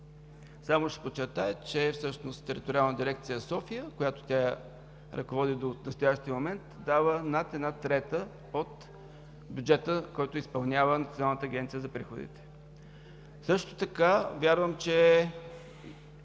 закон. Ще подчертая, че Териториална дирекция – София, която тя ръководи до настоящия момент, дава над една трета от бюджета, който изпълнява Националната агенция за приходите. Също така вярвам, че